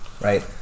right